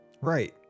Right